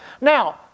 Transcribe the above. Now